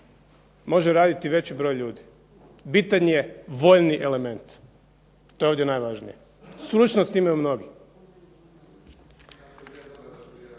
može raditi veći broj ljudi, bitan je voljni element, to je ovdje najvažnije. Stručnost imaju mnogi.